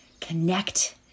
connect